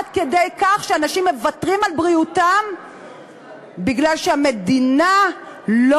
עד כדי כך שאנשים מוותרים על בריאותם מפני שהמדינה לא